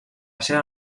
seva